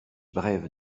brèves